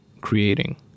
creating